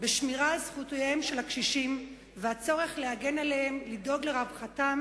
בשמירה על זכויותיהם של הקשישים והצורך להגן עליהם ולדאוג לרווחתם